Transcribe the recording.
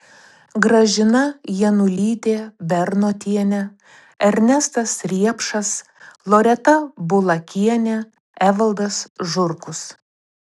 gražina janulytė bernotienė ernestas riepšas loreta bulakienė evaldas žurkus